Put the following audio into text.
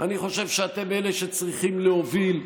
אני חושב שאתם אלה שצריכים להוביל,